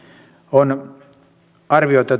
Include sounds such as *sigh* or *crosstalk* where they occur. on arvioitu *unintelligible*